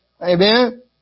Amen